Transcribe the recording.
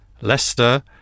Leicester